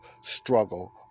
struggle